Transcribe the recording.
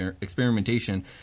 experimentation